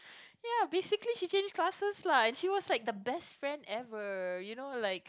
ya basically she changed classes lah and she was like the best friend ever you know like